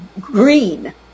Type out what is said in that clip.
green